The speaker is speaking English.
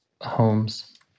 homes